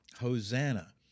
Hosanna